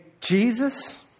Jesus